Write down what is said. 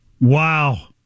Wow